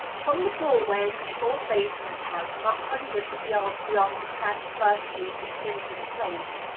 from the door-way of a small basement-house not hundreds of yards beyond the transverse route of clinton place,